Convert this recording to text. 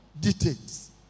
details